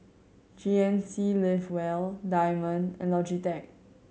G N C Live Well Diamond and Logitech